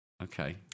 Okay